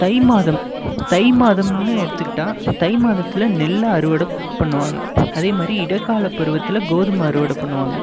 தை மாதம் தை மாதம்ன்னு எடுத்துக்கிட்டால் தை மாதத்தில் நெல் அறுவடை பண்ணுவாங்க அதே மாதிரி இடைக்கால பருவத்தில் கோதுமை அறுவடை பண்ணுவாங்க